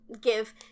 give